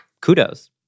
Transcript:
kudos